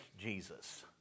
Jesus